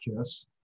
Kiss